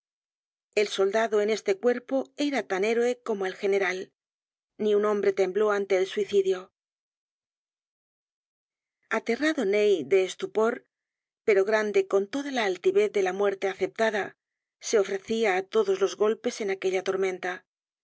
el soldado en este cuerpo era tan héroe como el general ni un hombre tembló ante el suicidio aterrado ney de estupor pero grande con toda la altivez de la muerte aceptada se ofrecia á todos los golpes en aquella tormenta